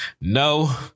No